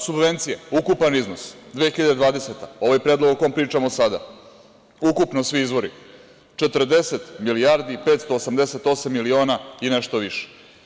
Subvencije, ukupan iznos 2020. godina, ovaj predlog o kom pričamo sada, ukupno svi izvori 40.588.000.000 i nešto više.